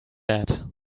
that